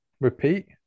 repeat